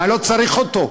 אני לא צריך אותו,